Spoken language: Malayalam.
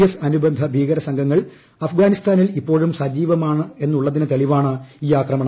എസ് അനുബന്ധ ഭീകരസംഘങ്ങൾ അഫ്ഗാനിസ്ഥാനിൽ ഇപ്പോഴും സജീവമാണെന്നുള്ളതിന് തെളിവാണ് ഈ ആക്രമണം